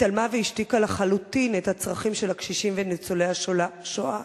התעלמה והשתיקה לחלוטין את הצרכים של הקשישים וניצולי השואה.